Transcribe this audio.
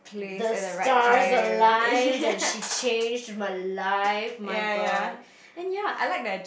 the stars aligned and she changed my life my god and ya